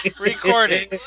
recording